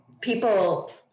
people